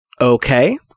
Okay